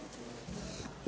Hvala.